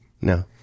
No